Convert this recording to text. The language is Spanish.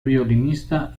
violinista